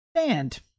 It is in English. stand